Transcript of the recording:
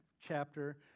chapter